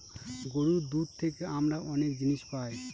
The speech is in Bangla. গরুর দুধ থেকে আমরা অনেক জিনিস পায়